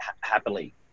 happily